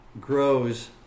grows